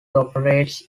operates